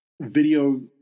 video